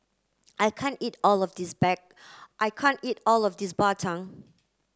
I can't eat all of this bag I can't eat all of this Bak Chang